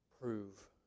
prove